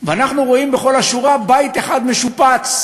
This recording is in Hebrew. ואנחנו רואים בכל השורה בית אחד משופץ,